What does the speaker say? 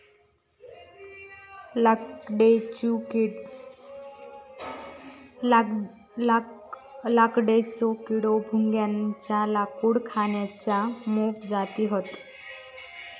लाकडेचो किडो, भुंग्याच्या लाकूड खाण्याच्या मोप जाती हत